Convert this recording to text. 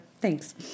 Thanks